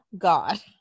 god